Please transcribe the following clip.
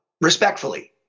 respectfully